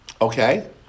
Okay